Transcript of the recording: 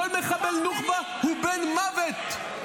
כל מחבל נוח'בה הוא בן מוות.